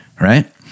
right